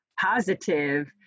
positive